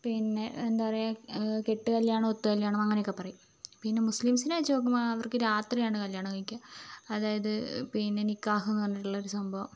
പിന്നെ എന്താ പറയുക കെട്ടുകല്ല്യാണം ഒത്തുകല്ല്യാണം അങ്ങനെയൊക്കെ പറയും പിന്നെ മുസ്ലിംസിനെ വച്ച് നോക്കുമ്പോൾ അവർക്ക് രാത്രിയാണ് കല്ല്യാണം കഴിക്കുക അതായത് പിന്നെ നിക്കാഹെന്നു പറഞ്ഞിട്ടുള്ള ഒരു സംഭവം